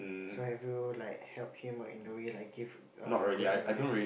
so have you like help him in the way like give err good advice